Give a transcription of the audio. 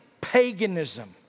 paganism